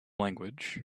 language